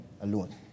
alone